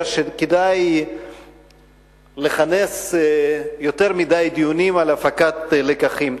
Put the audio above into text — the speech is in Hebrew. שכדאי לכנס יותר מדי דיונים על הפקת לקחים.